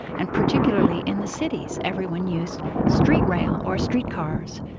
and particularly in the cities, everyone used street rail or streetcars.